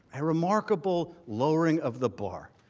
a remarkable lowering of the bar,